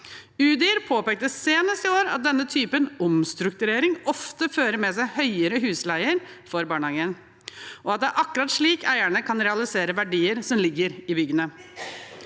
Udir påpekte senest i år at denne typen omstrukturering ofte fører med seg høyere husleie for barnehagen, og at det er akkurat slik eierne kan realisere verdier som ligger i byggene.